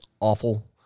awful